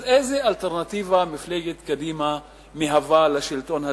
אז איזו אלטרנטיבה מפלגת קדימה מהווה לשלטון הזה?